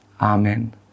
Amen